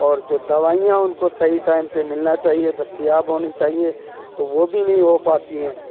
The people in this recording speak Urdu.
اور جو دوائیاں ان کو صحیح ٹائم پہ ملنا چاہیے دستیاب ہونی چاہیے تو وہ بھی نہیں ہو پاتی ہیں